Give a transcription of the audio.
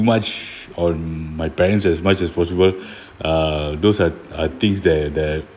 much on my parents as much as possible uh those are are things that that